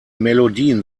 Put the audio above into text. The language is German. melodien